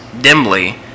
dimly